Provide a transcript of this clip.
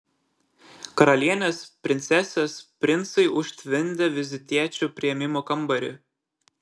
karalienės princesės princai užtvindė vizitiečių priėmimo kambarį